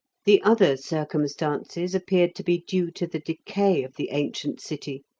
the other circumstances appeared to be due to the decay of the ancient city,